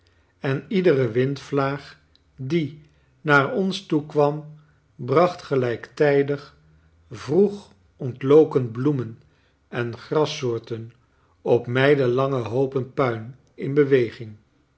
en iedere windvlaag die naar ons toekwam bracht gelijktijdig vroeg ontloken bloemen en grassoorten op mijlenlange hoopen puin in beweging